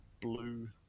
blue